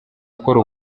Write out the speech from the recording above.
akora